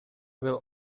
will